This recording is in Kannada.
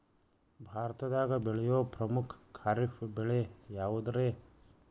ಭಾರತದಾಗ ಬೆಳೆಯೋ ಪ್ರಮುಖ ಖಾರಿಫ್ ಬೆಳೆ ಯಾವುದ್ರೇ?